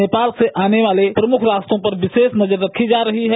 नेपाल से आने वाले प्रमुख रास्तों पर विशेष नजर रखी जा रही है